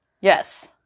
Yes